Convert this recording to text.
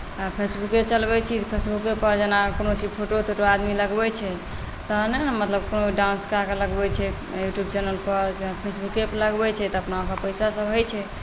आ फेसबुके चलबैत छी तऽ फेसबुकेपर जेना कोनो चीज फोटो तोटो आदमी लगबैत छै तहने ने मतलब कोनो डान्सके अहाँकेँ लगबैत छै यूट्यूब चैनलपर जेना फेसबुकेपर लगबैत छै तऽ अपना ओकर पैसासभ होइत छै